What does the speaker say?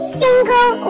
single